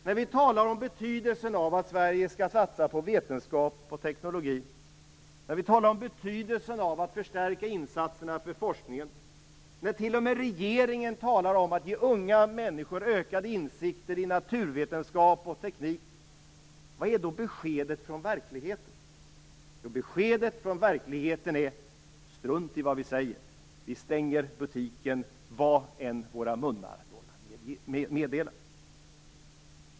När vi talar om betydelsen av att Sverige skall satsa på vetenskap och teknologi, när vi talar om betydelsen av att förstärka insatserna för forskningen och när t.o.m. regeringen talar om att ge unga människor ökade insikter i naturvetenskap och teknik, vad är då beskedet från verkligheten? Jo, beskedet från verkligheten är: Strunta i vad vi säger. Vi stänger butiken vad än våra munnar låter meddela.